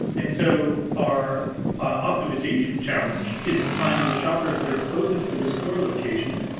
and so our our optimization challenge is to find the shoppers that are closest to the store location,